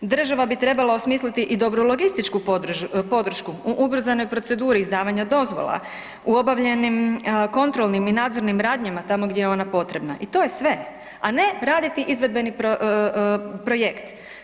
Država bi trebala osmisliti i dobru logističku podršku u ubrzanoj proceduri izdavanja dozvola, u obavljeni kontrolnim i nadzornim radnjama tamo gdje je ona potrebna i to je sve, a ne raditi izvedbeni projekt.